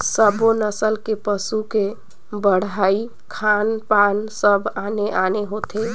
सब्बो नसल के पसू के बड़हई, खान पान सब आने आने होथे